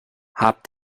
hab